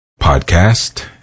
podcast